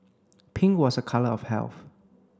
pink was a colour of health